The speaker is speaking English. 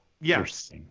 Yes